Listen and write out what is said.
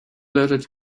leżeć